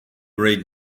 read